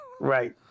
Right